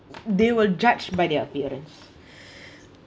they were judged by their appearance